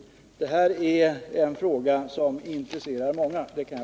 Jag kan försäkra att det är en fråga som intresserar många.